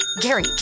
Gary